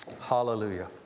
Hallelujah